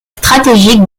stratégique